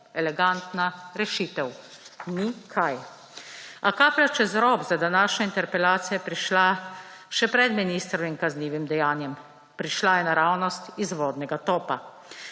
Elegantna rešitev, ni kaj. A kaplja čez rob za današnjo interpelacijo je prišla še pred ministrovim kaznivim dejanjem. Prišla je naravnost iz vodnega topa.